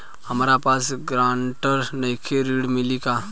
हमरा पास ग्रांटर नईखे ऋण मिली का?